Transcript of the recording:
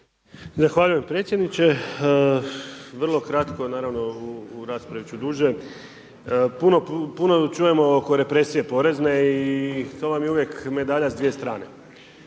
Zahvaljujem predsjedniče. Vrlo kratko, naravno, u raspravi ću duže. Puno čujemo oko represije porezne i to vam je uvijek medalja s dvije strane.